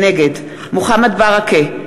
נגד מוחמד ברכה,